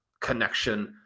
connection